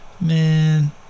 man